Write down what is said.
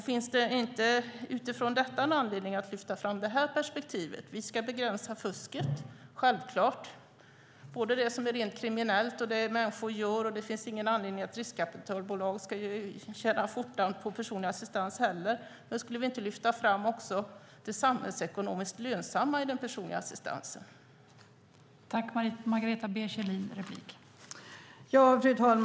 Finns det inte utifrån detta anledning att lyfta fram det här perspektivet? Vi ska begränsa fusket, självklart, både det som är rent kriminellt och det som människor gör. Det finns heller ingen anledning att riskkapitalbolag ska tjäna skjortan på personlig assistans. Skulle vi inte lyfta fram det samhällsekonomiskt lönsamma i den personliga assistansen också?